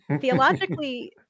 theologically